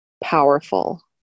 powerful